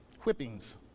Whippings